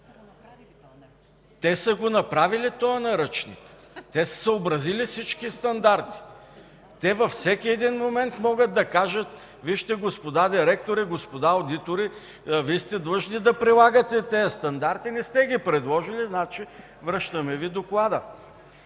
Те са направили този Наръчник. Те са съобразили всички стандарти. Те във всеки един момент могат да кажат: „Вижте, господа директори, господа одитори, Вие сте длъжни да прилагате тези стандарти. Не сте ги приложили, значи връщаме Ви доклада”.